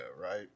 right